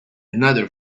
another